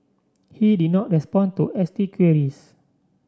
he did not respond to S T queries